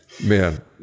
Man